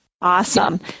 Awesome